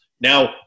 Now